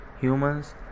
Humans